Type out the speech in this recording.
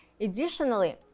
Additionally